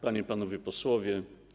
Panie i Panowie Posłowie!